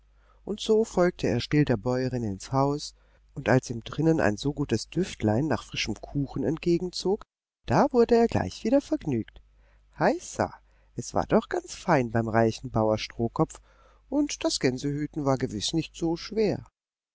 und so folgte er still der bäuerin ins haus und als ihm drinnen ein so gutes düftlein nach frischem kuchen entgegenzog da wurde er gleich wieder vergnügt heisa es war doch ganz fein beim reichen bauer strohkopf und das gänsehüten war gewiß nicht so schwer